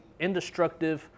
indestructive